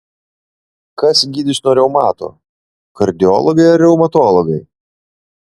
kas gydys nuo reumato kardiologai ar reumatologai